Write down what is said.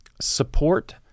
support